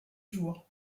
jours